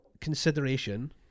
consideration